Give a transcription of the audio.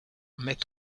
met